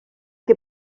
que